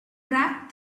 wrapped